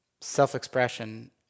self-expression